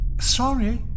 Sorry